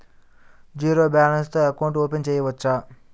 Zero balance తో account open చేయవచ్చు?